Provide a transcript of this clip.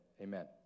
amen